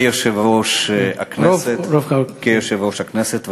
כיושב-ראש הכנסת,